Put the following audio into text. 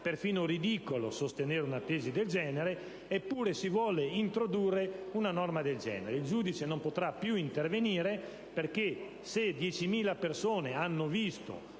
perfino ridicolo sostenere una tesi del genere; eppure si vuole introdurre una simile norma. Il giudice non potrà più intervenire: se 1.000 o 10.000 persone hanno visto